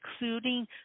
including